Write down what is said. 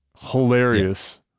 hilarious